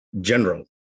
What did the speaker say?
general